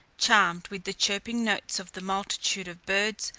charmed with the chirping notes of the multitude of birds,